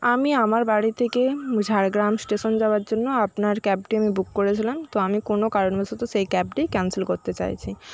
আমি আমার বাড়ি থেকে ঝাড়গ্রাম স্টেশন যাবার জন্য আপনার ক্যাবটি আমি বুক করেছিলাম তো আমি কোনো কারণবশত সেই ক্যাবটি ক্যান্সেল করতে চাইছি